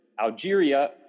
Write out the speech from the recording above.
Algeria